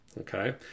okay